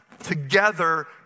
Together